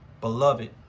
Beloved